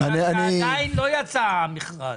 בגלל שעדיין לא יצא המכרז.